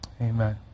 Amen